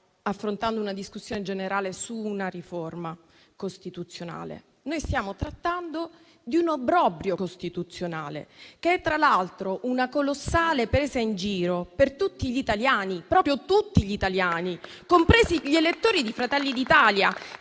affrontando una discussione generale su una riforma costituzionale, ma stiamo trattando di un obbrobrio costituzionale che, tra l'altro, è una colossale presa in giro per tutti gli italiani, proprio tutti gli italiani, compresi gli elettori di Fratelli d'Italia,